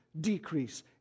decrease